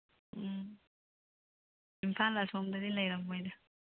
ꯎꯝ ꯏꯝꯐꯥꯜ ꯑꯁꯣꯝꯗꯗꯤ ꯂꯩꯔꯝꯃꯣꯏꯗ